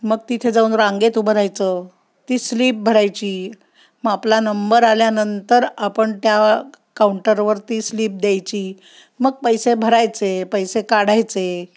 मग तिथे जाऊन रांगेत उभं राहायचं ती स्लीप भरायची मग आपला नंबर आल्यानंतर आपण त्या काउंटरवरती स्लीप द्यायची मग पैसे भरायचे पैसे काढायचे